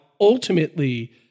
ultimately